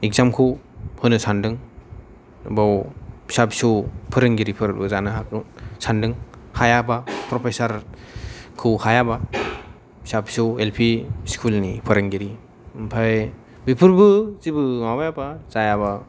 exam खौ होनो सानदों बाव फिसा फिसौ फोरोंगिरिफोरबो जानो हागौ सानदों हायाबा प्रफेसार खौ हायाबा फिसा फिसौ एल पि स्कुल नि फोरोंगिरि ओमफ्राय बेफोरबो जेबो माबायाबा जायाबा